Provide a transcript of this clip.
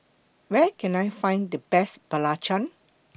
Where Can I Find The Best Belacan